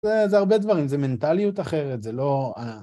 ‫זה, זה הרבה דברים, זה מנטליות אחרת, ‫זה לא ה...